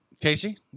Casey